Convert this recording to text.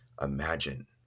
imagine